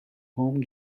home